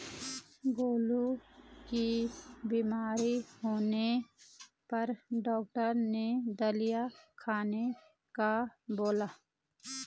गोलू के बीमार होने पर डॉक्टर ने दलिया खाने का बोला